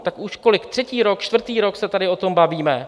Tak už kolik třetí rok, čtvrtý rok se tady o tom bavíme?